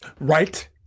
Right